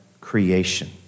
creation